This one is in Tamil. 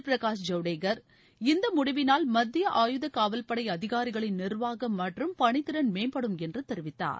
பிரகாஷ் ஜவ்டேகர் இந்த முடிவினால் மத்திய ஆயுதக்காவல்படை அதிகாரிகளின் நிர்வாகம் மற்றும் பணித்திறன் மேம்படும் என்றும் தெரிவித்தார்